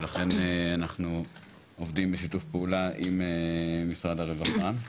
ולכן אנחנו עובדים בשיתוף פעולה עם משרד הרווחה.